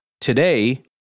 today